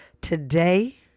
Today